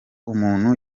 umuntu